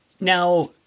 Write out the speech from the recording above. Now